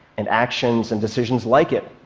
and actions and decisions like it,